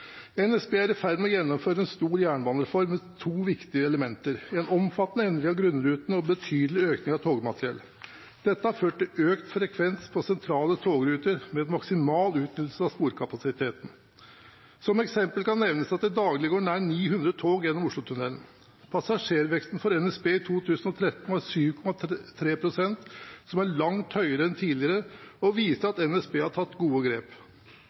NSB er i ferd med å gjennomføre en stor jernbanereform med to viktige elementer: en omfattende endring av grunnrutene og en betydelig økning av togmateriellet. Dette har ført til økt frekvens på sentrale togruter med en maksimal utnyttelse av sporkapasiteten. Som eksempel kan det nevnes at det daglig går nær 900 tog gjennom Oslotunnelen. Passasjerveksten for NSB i 2013 var 7,3 pst., som er langt høyere enn tidligere, og viser at NSB har tatt gode grep.